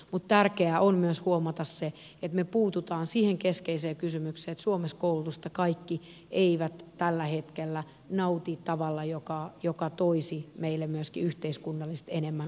mutta tärkeää on myös huomata se että me puutumme siihen keskeiseen kysymykseen että suomessa koulutusta kaikki eivät tällä hetkellä nauti tavalla joka toisi meille myöskin yhteiskunnallisesti enemmän osaamista